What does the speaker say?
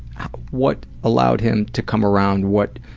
what allowed him to come around? what